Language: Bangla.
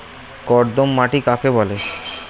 কর্দম মাটি কাকে বলে?